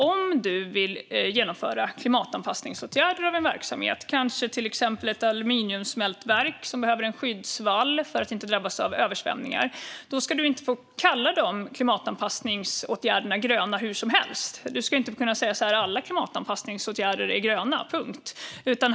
Om du vill genomföra klimatanpassningsåtgärder i en verksamhet, till exempel ett aluminiumsmältverk som behöver en skyddsvall för att inte drabbas av översvämningar, ska du inte få kalla klimatanpassningsåtgärderna gröna hur som helst. Du ska inte kunna säga att alla klimatanpassningsåtgärder är gröna, punkt.